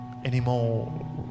anymore